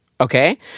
Okay